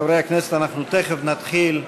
חברי הכנסת, אנחנו תכף נתחיל,